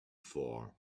for